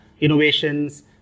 innovations